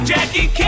Jackie